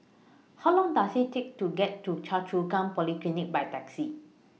How Long Does IT Take to get to Choa Chu Kang Polyclinic By Taxi